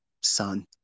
son